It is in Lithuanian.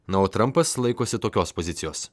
na o trampas laikosi tokios pozicijos